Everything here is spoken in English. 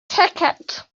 ticket